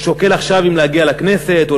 הוא שוקל עכשיו אם להגיע לכנסת או